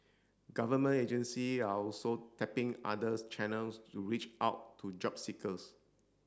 government agency are also tapping others channels to reach out to job seekers